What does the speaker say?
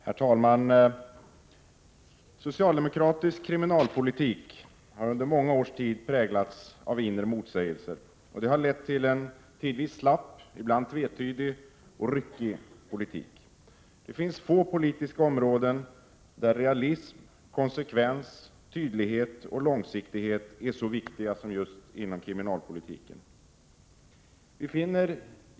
Herr talman! Socialdemokratisk kriminalpolitik har under många års tid präglats av inre motsägelser. Detta har lett till en tidvis slapp, ibland tvetydig och ryckig politik. Inom få politiska områden är realism, konsekvens, tydlighet och långsiktighet så viktiga som inom kriminalpolitiken.